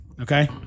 Okay